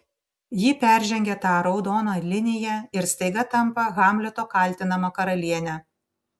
ji peržengia tą raudoną liniją ir staiga tampa hamleto kaltinama karaliene